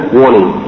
warning